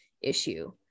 issue